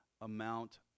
amount